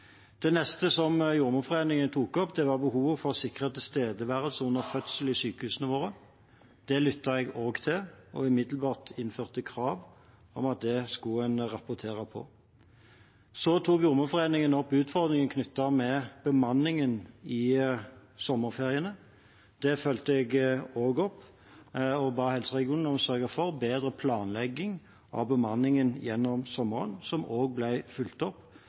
Det neste Jordmorforeningen tok opp, var behovet for å sikre tilstedeværelse under fødsel i sykehusene våre. Det lyttet jeg også til og innførte umiddelbart krav om at det skulle en rapportere på. Så tok Jordmorforeningen opp utfordringen knyttet til bemanningen i sommerferiene. Det fulgte jeg også opp og ba helseregionene om å sørge for bedre planlegging av bemanningen gjennom sommeren, som også ble fulgt opp.